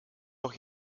doch